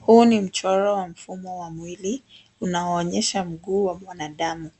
Huu ni mchoro wa mfumo wa mwili unaoonyesha mguu wa mwanadamu.